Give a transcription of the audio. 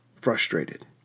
frustrated